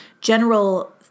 general